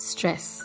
Stress